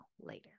later